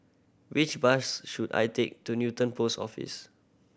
which bus should I take to Newton Post Office